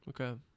Okay